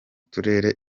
turere